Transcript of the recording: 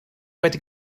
wedi